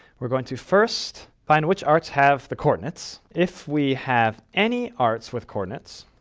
we're going to first find which arts have the coordinates. if we have any arts with coordinates,